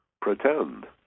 pretend